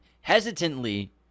hesitantly